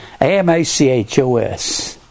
A-M-A-C-H-O-S